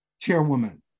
chairwoman